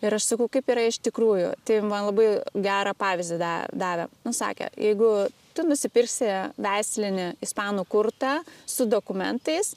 ir aš sakau kaip yra iš tikrųjų tai man labai gerą pavyzdį da davė nu sakė jeigu tu nusipirksi veislinį ispanų kurtą su dokumentais